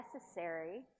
necessary